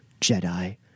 jedi